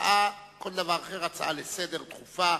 הצעה לסדר דחופה,